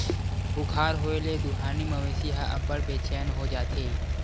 बुखार होए ले दुहानी मवेशी ह अब्बड़ बेचैन हो जाथे